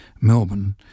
Melbourne